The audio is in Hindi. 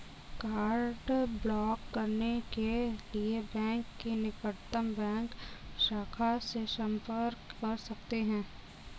कार्ड ब्लॉक करने के लिए बैंक की निकटतम बैंक शाखा से संपर्क कर सकते है